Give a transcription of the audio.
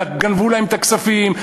גנבו להם את הכספים,